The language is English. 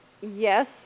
Yes